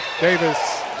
Davis